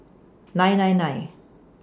nine nine nine